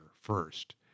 first